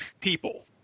people